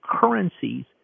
currencies